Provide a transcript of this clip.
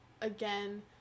again